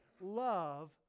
love